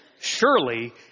surely